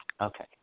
Okay